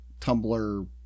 Tumblr